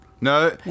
No